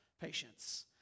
Patience